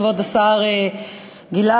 כבוד השר גלעד,